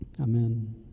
amen